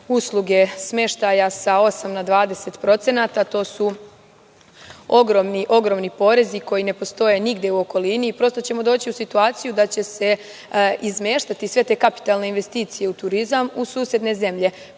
usluge smeštaja sa 8% na 20%, a to su ogromni porezi koji ne postoje nigde u okolini i prosto ćemo doći u situaciju da će se izmeštati sve te kapitalne investicije u turizam, u susedne zemlje,